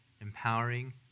empowering